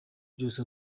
byose